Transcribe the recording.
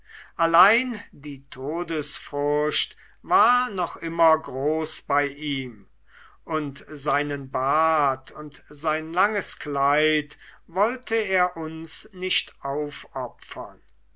allein die todesfurcht war noch immer groß bei ihm und seinen bart und sein langes kleid wollte er uns nicht aufopfern